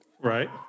Right